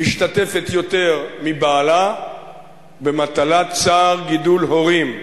משתתפת יותר מבעלה במטלת צער גידול הורים.